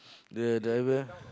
the driver ah